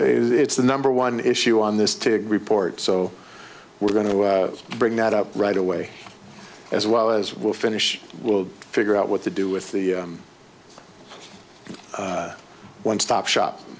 it's the number one issue on this to report so we're going to bring that up right away as well as we'll finish will figure out what to do with the one stop shop